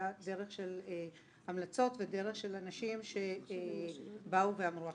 דרך של המלצות ודרך של אנשים שבאו ואמרו.